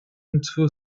into